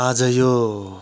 आज यो